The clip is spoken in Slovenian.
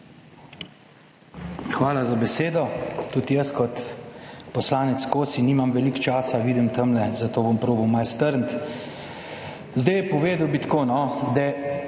Hvala za besedo. Tudi jaz kot poslanec Kosi nimam veliko časa. Vidim tamle, zato bom probal malo strniti. Povedal bi tako no, da